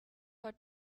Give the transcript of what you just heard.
her